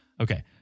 okay